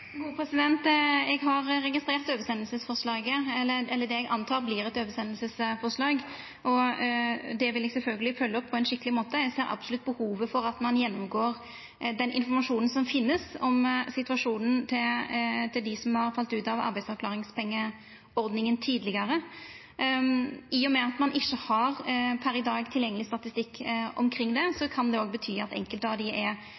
Eg har registrert oversendingsforslaget, eller det eg antek vert eit oversendingforslag, og det vil eg sjølvsagt følgja opp på ein skikkeleg måte. Eg ser absolutt behovet for at ein gjennomgår den informasjonen som finst om situasjonen til dei som har falle ut av arbeidsavklaringspengeordninga tidlegare. I og med at ein per i dag ikkje har tilgjengeleg statistikk omkring det, kan det bety at enkelte av dei er over på andre ordningar og på den måten er